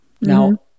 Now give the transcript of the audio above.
Now